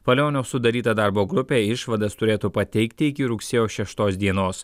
palionio sudaryta darbo grupė išvadas turėtų pateikti iki rugsėjo šeštos dienos